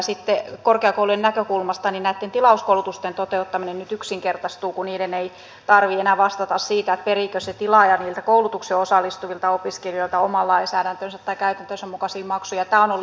sitten korkeakoulujen näkökulmasta näitten tilauskoulutusten toteuttaminen nyt yksinkertaistuu kun niiden ei tarvitse enää vastata siitä periikö se tilaaja niiltä koulutukseen osallistuvilta opiskelijoilta oman lainsäädäntönsä tai käytäntönsä mukaisia maksuja